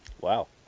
Wow